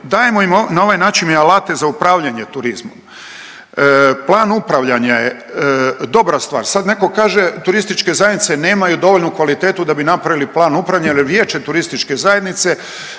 Dajemo im na ovaj način i alate za upravljanje turizmom. Plan upravljanja je dobra stvar. Sad neko kaže turističke zajednice nemaju dovoljnu kvalitetu da bi napravili plan upravljanja jer Vijeće turističke zajednice